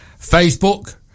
Facebook